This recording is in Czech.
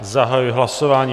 Zahajuji hlasování.